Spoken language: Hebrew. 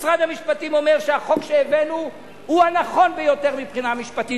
משרד המשפטים אומר שהחוק שהבאנו הוא הנכון ביותר מבחינה משפטית,